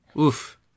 Oof